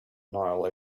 nile